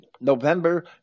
November